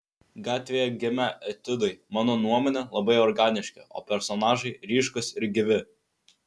gatvėje gimę etiudai mano nuomone labai organiški o personažai ryškūs ir gyvi